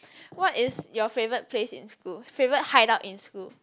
what is your favourite place in school favourite hideout in school